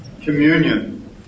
Communion